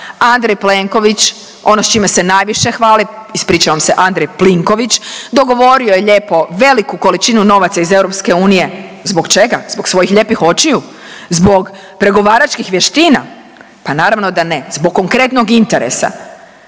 Andrej Plenković ono s čime se najviše hvali, ispričavam se Andrej Plinković dogovorio je lijepo veliku količinu novaca iz EU. Zbog čega? Zbog svojih lijepih očiju? Zbog pregovaračkih vještina? Pa naravno da ne, zbog konkretnog interesa.